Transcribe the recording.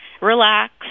relax